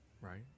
right